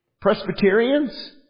Presbyterians